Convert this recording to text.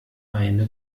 eine